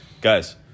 guys